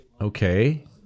Okay